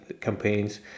campaigns